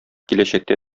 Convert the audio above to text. киләчәктә